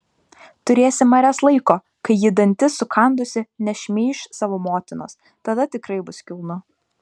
turėsi marias laiko kai ji dantis sukandusi nešmeiš savo motinos tada tikrai bus kilnu